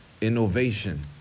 innovation